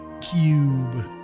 Cube